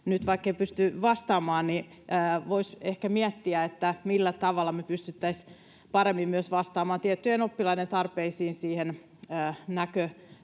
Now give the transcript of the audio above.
vaikkei pysty vastaamaan, voisi miettiä, millä tavalla me pystyttäisiin paremmin myös vastaamaan tiettyjen oppilaiden tarpeisiin, siihen näköoppimiseen.